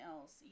else